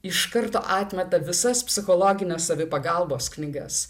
iš karto atmeta visas psichologinės savipagalbos knygas